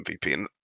MVP